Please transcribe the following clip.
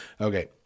okay